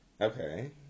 Okay